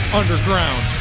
underground